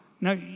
Now